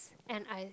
and I